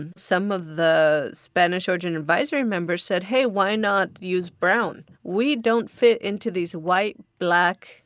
and some of the spanish-origin advisory members said, hey, why not use brown. we don't fit into these white, black,